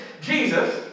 Jesus